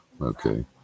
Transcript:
Okay